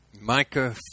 Micah